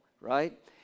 right